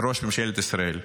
ראש ממשלת ישראל: